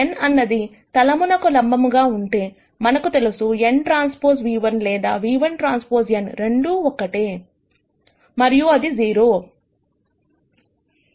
n అనునది తలమునకు లంబముగా ఉంటే మనకు తెలుసు nTv1 లేదా v1Tn రెండు ఒకటే మరియు అది 0